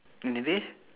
is it